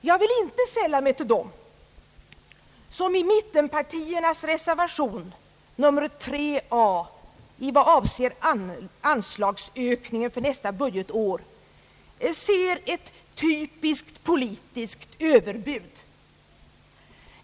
Jag vill inte sälla mig till dem som i mittenpartiernas reservation 3 a i vad avser anslagsökningen för nästa budgetår ser ett typiskt politiskt överbud.